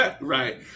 Right